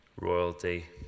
royalty